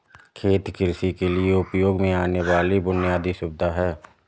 खेत कृषि के लिए उपयोग में आने वाली बुनयादी सुविधा है